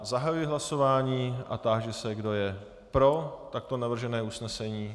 Zahajuji hlasování a táži se, kdo je pro takto navržené usnesení.